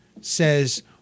says